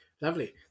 lovely